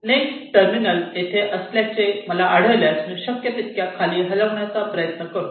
next terminal येथे असल्याचे मला आढळल्यास मी शक्य तितक्या खाली खाली हलविण्याचा प्रयत्न करतो